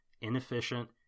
inefficient